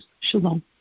Shalom